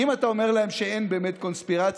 כי אם אתה אומר להם שאין באמת קונספירציה,